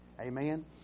Amen